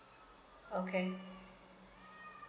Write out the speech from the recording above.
okay